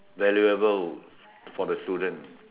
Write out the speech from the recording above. valuable for the students